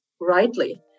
rightly